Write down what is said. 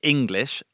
English